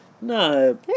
No